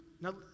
now